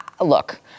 look